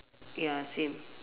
ya same